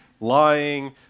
lying